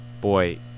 Boy